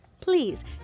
Please